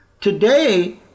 Today